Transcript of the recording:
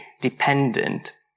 dependent